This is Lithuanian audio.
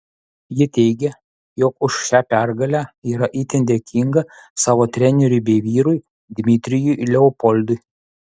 ji teigia jog už šią pergalę yra itin dėkinga savo treneriui bei vyrui dmitrijui leopoldui